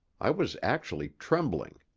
i was actually trembling.